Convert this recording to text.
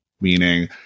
Meaning